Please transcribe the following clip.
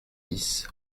dix